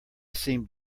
seems